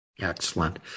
Excellent